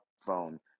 phone